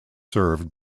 served